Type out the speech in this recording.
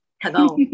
Hello